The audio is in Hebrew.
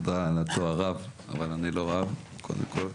תודה על התואר רב, אבל אני לא רב קודם כל.